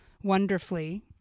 wonderfully